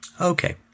Okay